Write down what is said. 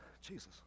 jesus